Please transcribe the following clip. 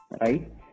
right